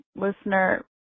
listener